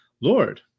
Lord